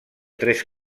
tres